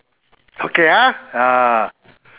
okay ah ah